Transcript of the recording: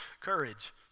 courage